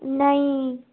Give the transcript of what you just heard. नहीं